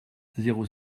zéro